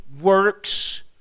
works